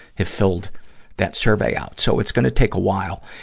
have filled that survey out. so, it's gonna take a while.